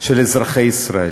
של אזרחי ישראל,